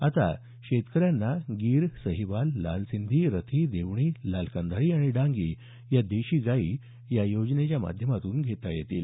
आता शेतकऱ्यांना गीर सहिवाल लाल सिंधी रथी देवणी लाल कंधारी आणि डांगी या देशी गाई या योजनेच्या माध्यमातून घेता येतील